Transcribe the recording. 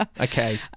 Okay